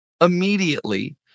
immediately